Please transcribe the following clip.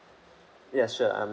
ya sure I'm